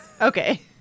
Okay